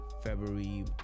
february